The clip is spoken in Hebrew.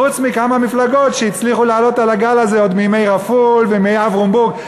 וחוץ מכמה מפלגות שהצליחו לעלות על הגל הזה עוד מימי רפול ואברום בורג,